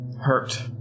hurt